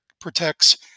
protects